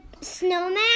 snowman